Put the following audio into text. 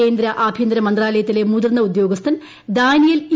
കേന്ദ്ര ആഭ്യന്തര മന്ത്രാലയത്തിലെ മുതിർന്ന ഉദ്യോഗസ്ഥൻ ദാനിയേൽ ഇ